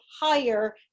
higher